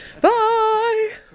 bye